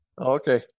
Okay